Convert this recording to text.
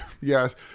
Yes